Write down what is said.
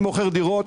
אני מוכר דירות.